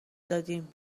دادیم